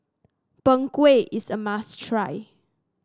Png Kueh is a must try